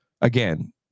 Again